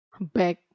back